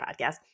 podcast